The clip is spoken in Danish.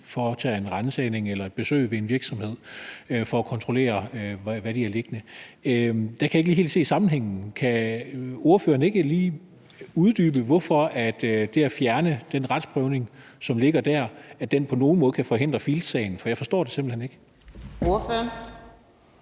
foretager en ransagning eller et besøg på en virksomhed for at kontrollere, hvad de har liggende. Der kan jeg ikke lige helt se sammenhængen. Kan ordføreren ikke lige uddybe, hvorfor det at fjerne den retsprøvning, som ligger der, på nogen måde kan forhindre en sag som den i Field's? For jeg forstår det simpelt hen ikke. Kl.